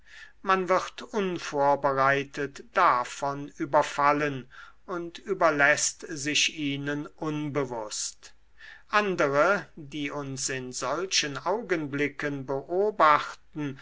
man wird unvorbereitet davon überfallen und überläßt sich ihnen unbewußt andere die uns in solchen augenblicken beobachten